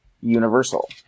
Universal